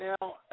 now